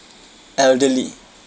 elderly